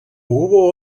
hubo